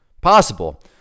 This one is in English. possible